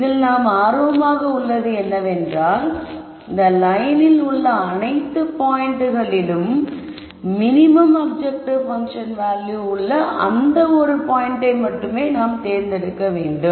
இதில் நாம் ஆர்வமாக உள்ளது என்னவென்றால் இந்த லயனில் உள்ள அனைத்துப் பாயிண்ட்களிலும் மினிமம் அப்ஜெக்டிவ் பங்க்ஷன் வேல்யூ உள்ள அந்த ஒரு பாயிண்டை மட்டும் நாம் தேர்ந்தெடுக்க வேண்டும்